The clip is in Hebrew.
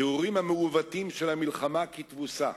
התיאורים המעוותים של המלחמה כ"תבוסה"